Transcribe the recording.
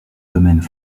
domaines